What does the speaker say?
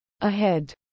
ahead